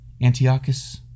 Antiochus